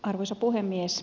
arvoisa puhemies